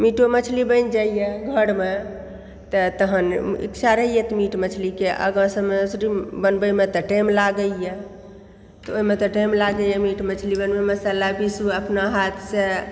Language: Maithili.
मीटो मछली बनि जाइए घरमे तैं तहन इच्छा रहयए मीट मछलीके तऽ मछली बनबयमे तऽ टाइम लागयए तऽ ओहिमे तऽ टाइम लागयए मीट मछली बनबयमे मसाला पिसु अपना हाथसँ